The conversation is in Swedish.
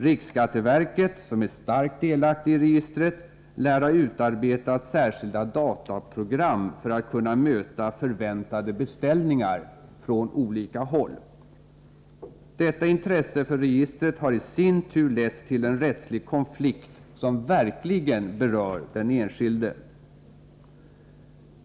Riksskatteverket, som är starkt delaktigt i registret, lär har utarbetat särskilda dataprogram för att kunna möta förväntade beställningar från olika håll. Detta intresse för registret har i sin tur lett till en rättslig konflikt, som verkligen berör den enskilde.